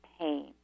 pain